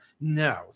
no